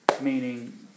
Meaning